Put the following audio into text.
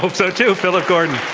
um so, too. philip gordon.